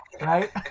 right